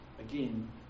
again